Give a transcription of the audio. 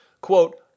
quote